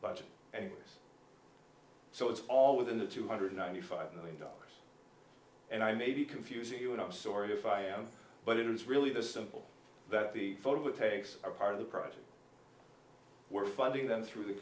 budget and so it's all within the two hundred and ninety five million dollars and i may be confusing you and i'm sort of if i am but it is really the simple that the folks that takes a part of the project we're funding them through the